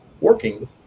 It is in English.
working